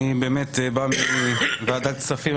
אני בא מוועדת כספים,